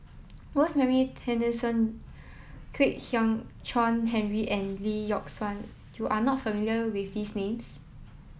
Rosemary Tessensohn Kwek Hian Chuan Henry and Lee Yock Suan you are not familiar with these names